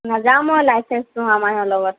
নাযাওঁ মই লাইচেঞ্চ নোহোৱা মানুহৰ লগত